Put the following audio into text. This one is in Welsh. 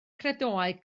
credoau